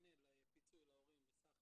מקנה פיצוי להורים בסך,